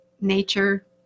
Nature